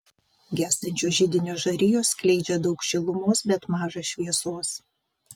gęstančios židinio žarijos skleidžia daug šilumos bet maža šviesos